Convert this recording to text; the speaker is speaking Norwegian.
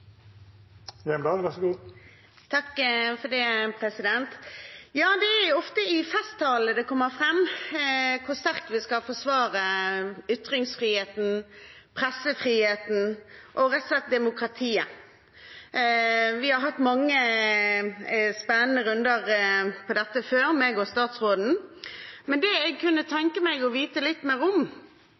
ofte i festtaler det kommer fram hvor sterkt vi skal forsvare ytringsfriheten, pressefriheten og rett og slett demokratiet. Jeg og statsråden har hatt mange spennende runder om dette før. Det jeg kunne tenke meg å vite litt mer om,